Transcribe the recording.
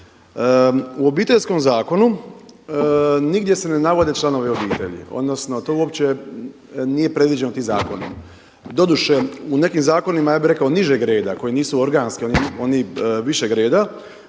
U Obiteljskom zakonu nigdje se ne navode članovi obitelji, odnosno to uopće nije predviđeno tim zakonom. Doduše u nekim zakonima ja bi rekao nižeg reda, koji nisu organski, oni višeg reda